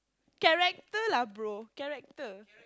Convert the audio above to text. character lah pro character